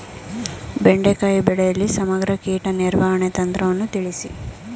ಬೆಂಡೆಕಾಯಿ ಬೆಳೆಯಲ್ಲಿ ಸಮಗ್ರ ಕೀಟ ನಿರ್ವಹಣೆ ತಂತ್ರವನ್ನು ತಿಳಿಸಿ?